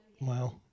Wow